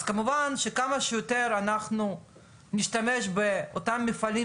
אז כמובן שכמה שיותר אנחנו נשתמש באותם מפעלים